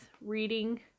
reading